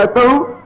ah go